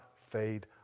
fade